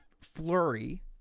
flurry